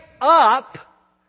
up